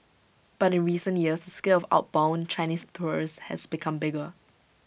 but in recent years scale of outbound Chinese tourists has become bigger